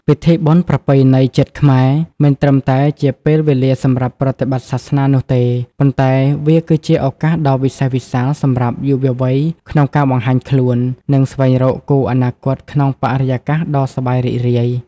ពិធីបុណ្យប្រពៃណីជាតិខ្មែរ មិនត្រឹមតែជាពេលវេលាសម្រាប់ប្រតិបត្តិសាសនានោះទេ ប៉ុន្តែវាគឺជាឱកាសដ៏វិសេសវិសាលសម្រាប់យុវវ័យក្នុងការបង្ហាញខ្លួន និងស្វែងរកគូអនាគតក្នុងបរិយាកាសដ៏សប្បាយរីករាយ។